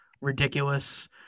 ridiculous